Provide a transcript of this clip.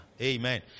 Amen